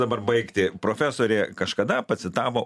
dabar baigti profesorė kažkada pacitavo